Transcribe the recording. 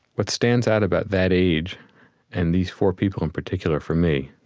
what stands out about that age and these four people in particular, for me,